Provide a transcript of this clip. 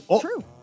true